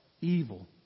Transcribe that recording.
evil